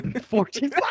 Fourteen